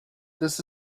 this